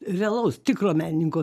realaus tikro menininko